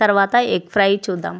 తర్వాత egg fry చూద్దాం